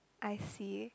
I see